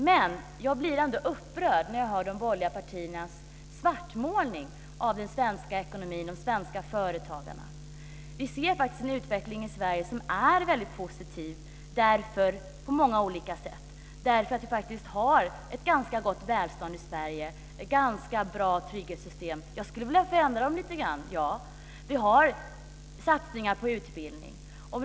Men jag blir ändå upprörd när jag hör de borgerliga partiernas svartmålning av den svenska ekonomin och de svenska företagarna. Vi ser en utveckling i Sverige som är positiv på många olika sätt. Vi har ett ganska gott välstånd i Sverige, ett ganska bra trygghetssystem. Jag skulle vilja förändra det lite grann. Vi har också satsningar på utbildning.